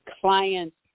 clients